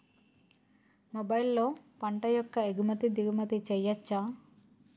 మొబైల్లో పంట యొక్క ఎగుమతి దిగుమతి చెయ్యచ్చా?